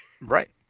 Right